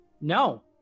No